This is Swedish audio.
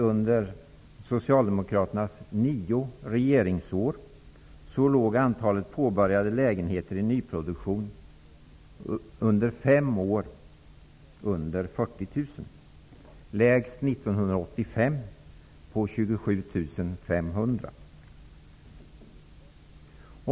Under Socialdemokraternas nio regeringsår låg antalet påbörjade lägenheter i nyproduktion under fem år mindre är 40 000.